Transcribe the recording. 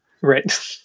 Right